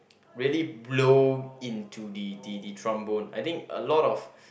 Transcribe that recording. really blow into the the the trombone I think a lot of